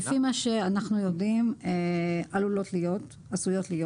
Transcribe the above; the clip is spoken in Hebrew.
לפי מה שאנחנו יודעים, עשויות להיות.